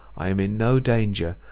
i am in no danger,